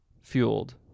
fueled